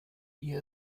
ihr